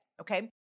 okay